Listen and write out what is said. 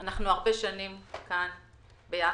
אנחנו הרבה שנים כאן יחד,